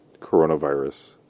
coronavirus